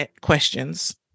questions